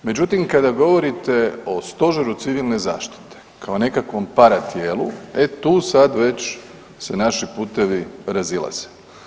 Međutim, kada govorite o Stožeru civilne zaštite kao nekakvom paratijelu, e tu sav već se naši putevi razilaze.